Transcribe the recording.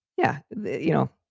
yeah. you know,